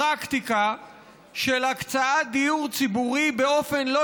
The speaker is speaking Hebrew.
פרקטיקה של הקצאת דיור ציבורי באופן לא